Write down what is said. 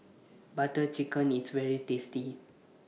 Butter Chicken IS very tasty